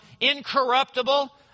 incorruptible